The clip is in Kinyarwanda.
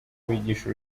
bigisha